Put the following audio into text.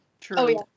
True